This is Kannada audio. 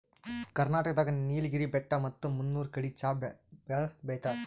ಕರ್ನಾಟಕ್ ದಾಗ್ ನೀಲ್ಗಿರಿ ಬೆಟ್ಟ ಮತ್ತ್ ಮುನ್ನೂರ್ ಕಡಿ ಚಾ ಭಾಳ್ ಬೆಳಿತಾರ್